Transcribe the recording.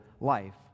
life